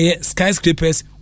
skyscrapers